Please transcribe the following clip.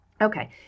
Okay